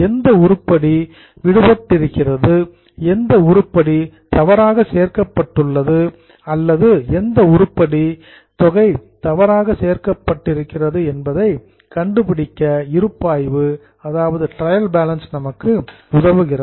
எந்த உருப்படி விடுபட்டிருக்கிறது எந்த உருப்படி தவறாக சேர்க்கப்பட்டுள்ளது அல்லது எந்த உருப்படி தொகை தவறாக சேர்க்கப்பட்டிருக்கிறது என்பதை கண்டுபிடிக்க இருப்பாய்வு உங்களுக்கு உதவுகிறது